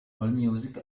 allmusic